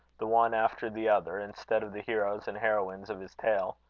the one after the other, instead of the heroes and heroines of his tale.